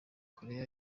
koreya